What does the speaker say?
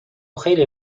خیلی